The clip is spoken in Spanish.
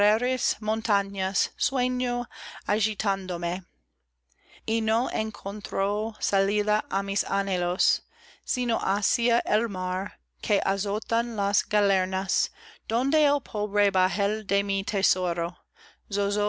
montañas sueño agitándome y no encuentro salida á mis anhelos sino hacia el mar que azotan las galernas donde